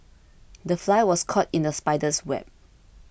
the fly was caught in the spider's web